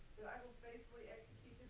i will faithfully yeah